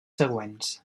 següents